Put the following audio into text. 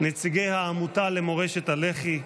נציגי העמותה למורשת הלח"י,